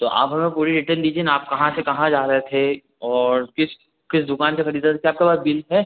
तो आप हमें पूरी डीटेल दीजिए ना आप कहाँ से कहाँ जा रहे थे और किस किस दुकान से खरीदा था क्या आपके पास बिल है